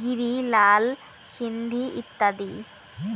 গিরি, লাল সিন্ধি ইত্যাদি